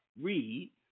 read